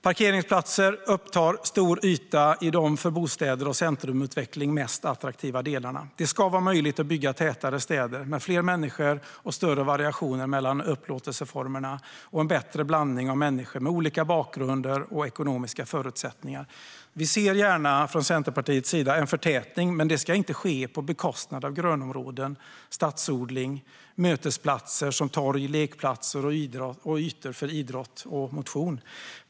Parkeringsplatser upptar stor yta i de för bostäder och centrumutveckling mest attraktiva delarna. Det ska vara möjligt att bygga tätare städer med fler människor, större variation mellan upplåtelseformer och en bättre blandning av människor med olika bakgrund och ekonomiska förutsättningar. Från Centerpartiets sida ser vi gärna en förtätning - men det ska inte ske på bekostnad av grönområden, stadsodling, mötesplatser som torg och lekplatser eller ytor för idrott och motion.